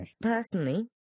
Personally